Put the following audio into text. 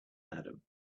adam